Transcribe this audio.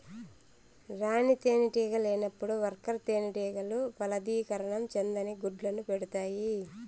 రాణి తేనెటీగ లేనప్పుడు వర్కర్ తేనెటీగలు ఫలదీకరణం చెందని గుడ్లను పెడుతాయి